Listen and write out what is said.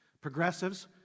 Progressives